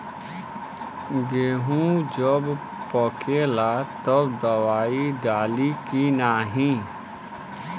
गेहूँ जब पकेला तब दवाई डाली की नाही?